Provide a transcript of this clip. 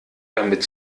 damit